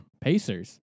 Pacers